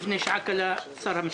לפני שעה קלה דיבר איתי שר המשפטים.